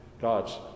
God's